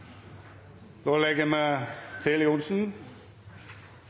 Då er me klare til